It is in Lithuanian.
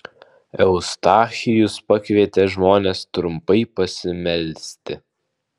eustachijus pakvietė žmones trumpai pasimelsti